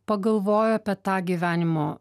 pagalvoju apie tą gyvenimo